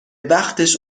وقتش